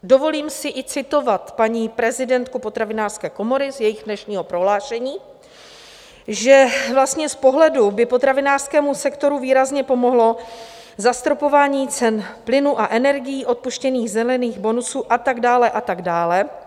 Dovolím si i citovat paní prezidentku Potravinářské komory z jejich dnešního prohlášení, že z pohledu potravinářského sektoru by výrazně pomohlo zastropování cen plynu a energií, odpuštění zelených bonusů a tak dále a tak dále.